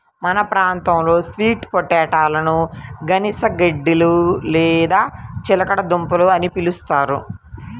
మన ప్రాంతంలో స్వీట్ పొటాటోలని గనిసగడ్డలు లేదా చిలకడ దుంపలు అని పిలుస్తారు